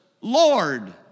Lord